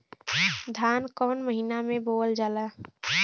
धान कवन महिना में बोवल जाई?